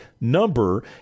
number